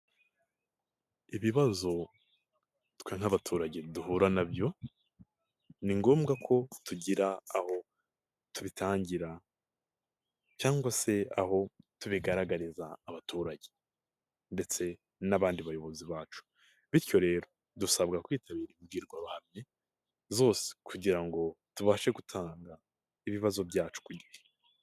Ibibazo twe nk'abaturage duhura nabyo ni ngombwa ko tugira aho tubitangira cyangwa se aho tubigaragariza abaturage ndetse n'abandi bayobozi bacu bityo rero dusabwa kwitabira imbwirwaruhame zose kugira ngo tubashe gutanga ibibazo byacu ku gihe.